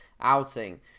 outing